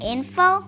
Info